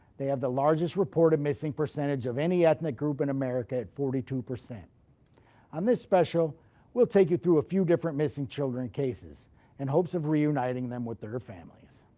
they have the largest reported missing percentage of any ethnic group in america at forty two. on this special we'll take you through a few different missing children cases in hopes of reuniting them with their families.